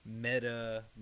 meta